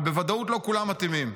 אבל בוודאות לא כולם מתאימים.